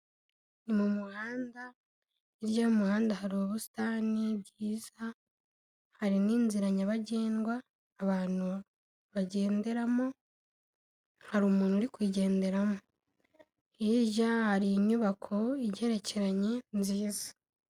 Ni mu muhanda, hirya y'umuhanda hari ubusitani bwiza, hari n'inzira nyabagendwa abantu bagenderamo, hari umuntu uri kugenderamo. Hirya hari inyubako igerekeranye, nziza.